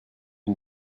une